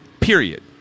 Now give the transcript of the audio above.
Period